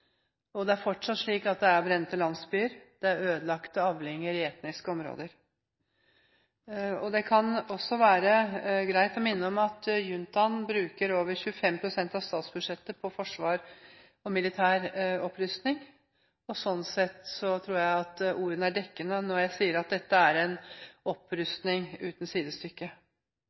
Og det er fortsatt slik at det er brente landsbyer, det er ødelagte avlinger i etniske områder. Det kan også være greit å minne om at juntaen bruker over 25 pst. av statsbudsjettet på forsvar og militær opprustning, og sånn sett tror jeg at ordene er dekkende når jeg sier at dette er en opprustning uten sidestykke.